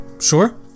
Sure